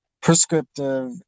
prescriptive